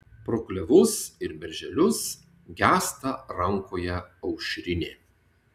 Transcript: pro klevus ir berželius gęsta rankoje aušrinė